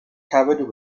covered